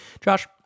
Josh